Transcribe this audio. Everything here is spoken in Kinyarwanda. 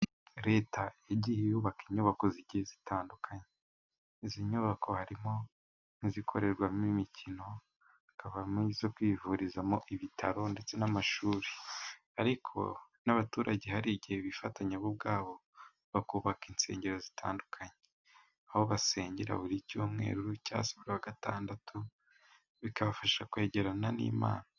Leta yagiye yubaka inyubako zigiye zitandukanye. Izi nyubako harimo n'izikorerwamo imikino. Hakabamo izo kwivurizamo ibitaro, ndetse n'amashuri. Ariko n'abaturage hari igihe bifatanya bo ubwabo, bakubaka insengero zitandukanye, aho basengera buri cyumweru cyangwa se kuwa gatandatu, bikabafasha kwegerana n'Imana.